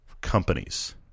companies